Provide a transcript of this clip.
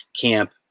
camp